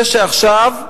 זה שעכשיו,